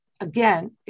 again